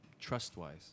trust-wise